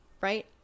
right